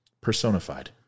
personified